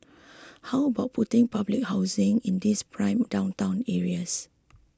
how about putting public housing in these prime downtown areas